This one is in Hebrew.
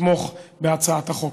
לתמוך בהצעת החוק.